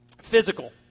Physical